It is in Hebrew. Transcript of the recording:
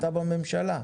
אתה בממשלה,